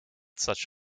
such